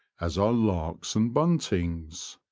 as are larks and buntings.